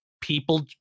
People